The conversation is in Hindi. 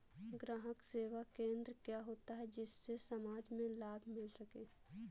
ग्राहक सेवा केंद्र क्या होता है जिससे समाज में लाभ मिल सके?